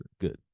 good